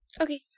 Okay